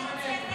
ההצעה